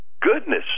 goodness